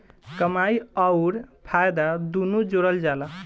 कमाई अउर फायदा दुनू जोड़ल जला